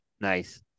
Nice